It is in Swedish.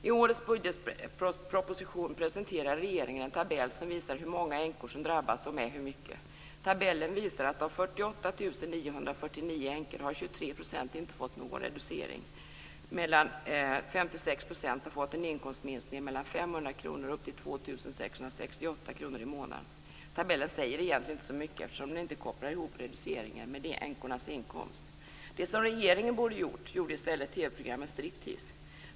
I årets budgetproposition presenterar regeringen en tabell som visar hur många änkor som drabbats och med hur mycket. Tabellen visar att av 48 949 änkor har 23 % inte fått någon reducering, medan 500 kr och 2 668 kr i månaden. Tabellen säger egentligen inte så mycket eftersom den inte kopplar ihop reduceringen med änkornas inkomst. Det som regeringen borde ha gjort gjorde i stället TV-programmet Striptease.